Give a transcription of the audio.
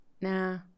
nah